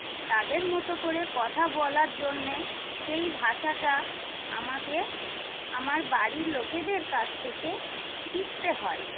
তাদের মতো করে কথা বলার জন্যে সেই ভাষাটা আমাকে আমার বাড়ির লোকেদের কাছ থেকে শিখতে হয়